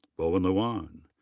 bowen luan.